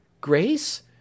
Grace